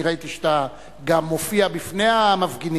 ראיתי שאתה מופיע גם בפני המפגינים.